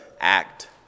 act